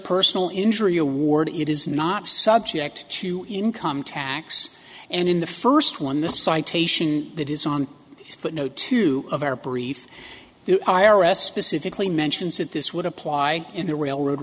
personal injury award it is not subject to income tax and in the first one the citation that is on footnote two of our brief the i r s specifically mentions that this would apply in the railroad